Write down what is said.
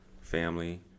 family